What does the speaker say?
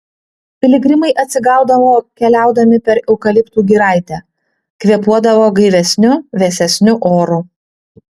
piligrimai atsigaudavo keliaudami per eukaliptų giraitę kvėpuodavo gaivesniu vėsesniu oru